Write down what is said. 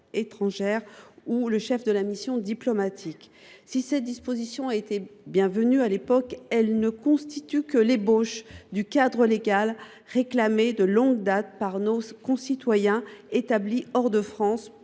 étrangères ou le chef de la mission diplomatique. Si cette disposition fut la bienvenue, elle ne constitue que l’ébauche du cadre légal réclamé de longue date par nos concitoyens établis hors de France